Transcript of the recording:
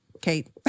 Kate